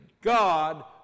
God